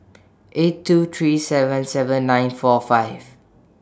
eight two three seven seven nine four five